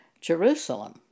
Jerusalem